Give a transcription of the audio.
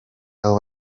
abo